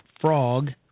frog